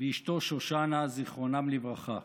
ואשתו שושנה, זיכרונם לברכה.